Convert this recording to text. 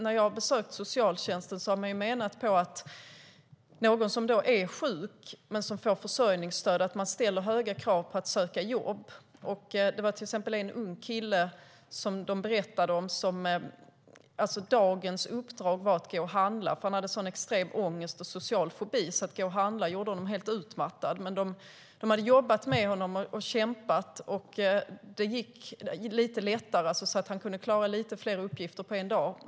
När jag har besökt socialtjänsten har man sagt att när det gäller någon som är sjuk men som får försörjningsstöd ställer man höga krav på att de ska söka jobb. Man berättade till exempel om en ung kille. Dagens uppdrag för honom var att gå och handla. Han hade sådan extrem ångest och social fobi att det gjorde honom helt utmattad att gå och handla. Man hade jobbat och kämpat med honom, och det gick lite lättare, och han kunde klara lite fler uppgifter på en dag.